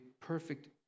perfect